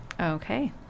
Okay